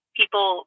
people